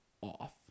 off